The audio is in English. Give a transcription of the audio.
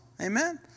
Amen